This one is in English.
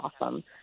awesome